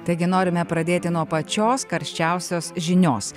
taigi norime pradėti nuo pačios karščiausios žinios